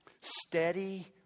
Steady